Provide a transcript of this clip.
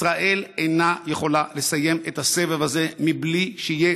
ישראל אינה יכולה לסיים את הסבב הזה מבלי שיהיה